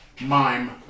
mime